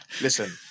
Listen